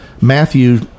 Matthew